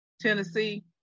Tennessee